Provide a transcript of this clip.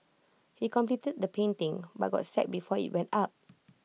he completed the painting but got sacked before IT went up